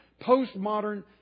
postmodern